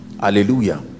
hallelujah